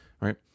right